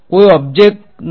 કોઈ ઓબ્જેક્ટ બરાબર નથી